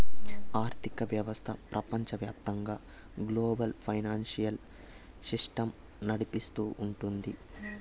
ఆర్థిక వ్యవస్థ ప్రపంచవ్యాప్తంగా గ్లోబల్ ఫైనాన్సియల్ సిస్టమ్ నడిపిస్తూ ఉంటది